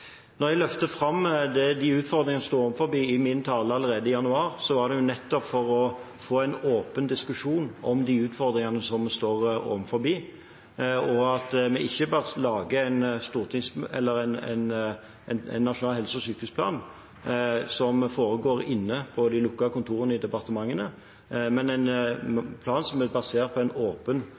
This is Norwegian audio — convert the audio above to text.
Når jeg løftet fram de utfordringene som vi står overfor, allerede i min tale i januar, var det nettopp for å få en åpen diskusjon om disse utfordringene – at vi ikke bare lager en nasjonal helse- og sykehusplan inne på de lukkede kontorene i departementene, men lager en plan som er basert på en åpen